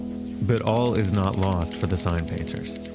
but all is not lost for the sign painters.